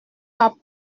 pas